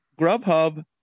Grubhub